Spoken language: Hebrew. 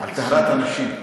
על טהרת הנשים.